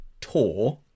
tour